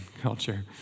culture